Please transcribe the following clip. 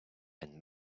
and